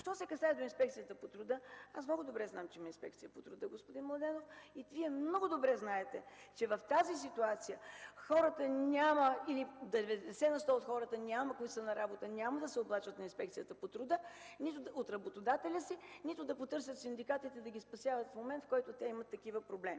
Що се касае до Инспекцията по труда, аз много добре знам, че има Инспекция по труда, господин Младенов. И Вие много добре знаете, че в тази ситуация хората няма, или 90 на сто от хората, които са на работа, няма да се оплачат на Инспекцията по труда, нито от работодателя си, нито ще потърсят синдикатите да ги спасяват в момента, в който те имат такива проблеми.